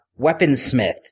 weaponsmith